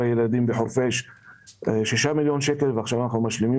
הילדים בחורפיש 6 מיליון שקלים ועכשיו אנחנו משלימים